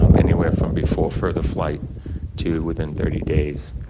um anywhere from before further flight to within thirty days,